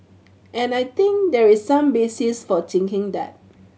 and I think there is some basis for thinking that